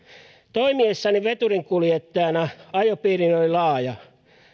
toimiessani veturinkuljettajana ajopiirini oli laaja